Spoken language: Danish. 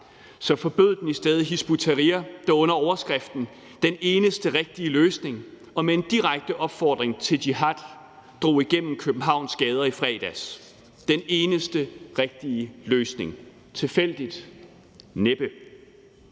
forbød den i stedet Hizb ut-Tahrir, der under overskriften »Den eneste rigtige løsning« og med en direkte opfordring til jihad drog igennem Københavns gader i fredags. De talte altså om »Den eneste rigtige løsning«. Er det tilfældigt? Det er